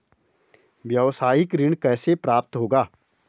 व्यावसायिक ऋण कैसे प्राप्त होगा?